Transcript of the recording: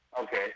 okay